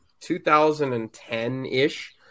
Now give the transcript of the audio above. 2010-ish